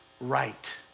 right